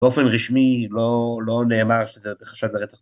באופן רשמי לא נאמר שזה חשד לרצח.